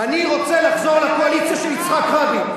אני רוצה לחזור לקואליציה של יצחק רבין.